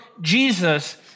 Jesus